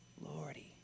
Lordy